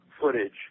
footage